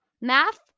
math